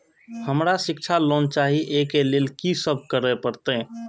हमरा शिक्षा लोन चाही ऐ के लिए की सब करे परतै?